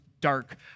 dark